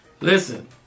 Listen